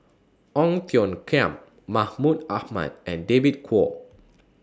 Ong Tiong Khiam Mahmud Ahmad and David Kwo